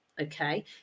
Okay